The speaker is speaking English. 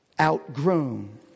outgrown